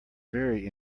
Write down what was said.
very